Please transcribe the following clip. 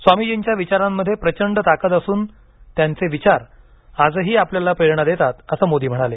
स्वामीजींच्या विचारांमध्ये प्रचंड ताकद असूनत्यांचे विचार आजही आपल्याला प्रेरणा देतात असं मोदी म्हणाले